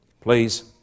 please